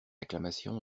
acclamation